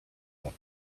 lip